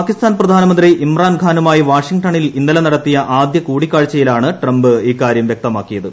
പാകിസ്ഥാൻ പ്രധാനമന്ത്രി ഇംറാൻ ഖാനുമായി വാഷിംഗ്ടണിൽ ഇന്നലെ നടത്തിയ ആദ്യ കൂടിക്കാഴ്ചയിലാണ് ട്രംപ് ഇക്കാര്യം അറിയിച്ചത്